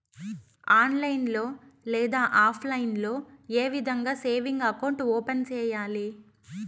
online లో లేదా offline లో ఏ విధంగా సేవింగ్ అకౌంట్ ఓపెన్ సేయాలి